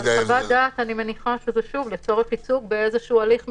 אבל אני מניחה שחוות הדעת הזאת היא לצורך ייצוג באיזשהו הליך מינהלי.